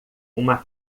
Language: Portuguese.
uma